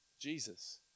Jesus